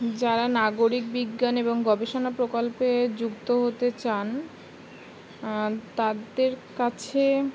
যারা নাগরিক বিজ্ঞান এবং গবেষণা প্রকল্পে যুক্ত হতে চান তাদের কাছে